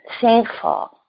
Thankful